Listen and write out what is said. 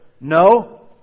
no